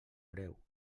greu